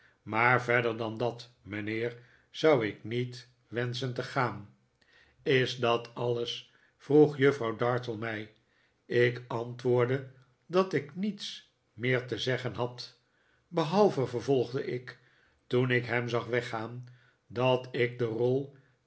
maar verder dan dat mijnheer zou ikniet wenschen te gaan is dat alles vroeg juffrouw dartle mij ik antwoordde dat ik niets meer te zeggen had behalve vervolgde ik toen ik hem zag weggaan dat ik de rol